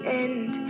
end